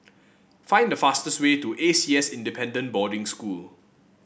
find the fastest way to A C S Independent Boarding School